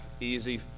easy